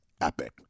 epic